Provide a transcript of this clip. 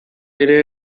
ere